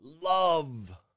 love